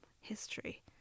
history